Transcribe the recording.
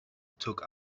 took